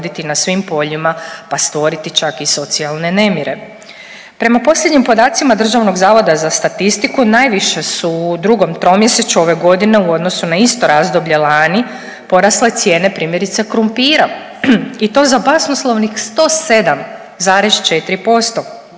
na svim poljima, pa stvoriti čak i socijalne nemire. Prema posljednjim podacima Državnog zavoda za statistiku najviše su u drugom tromjesečju ove godine u odnosu na isto razdoblje lani porasle cijene primjerice krumpira i to za basnoslovnih 107,4%,